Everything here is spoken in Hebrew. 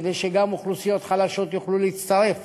כדי שגם אוכלוסיות חלשות יוכלו להצטרף